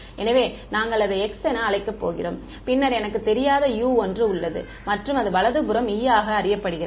எனவே நாங்கள் அதை χ என அழைக்கப் போகிறோம் பின்னர் எனக்கு தெரியாத u ஒன்று உள்ளது மற்றும் அது வலது புறம் e ஆக அறியப்படுகிறது